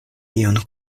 iun